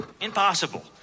Impossible